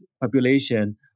population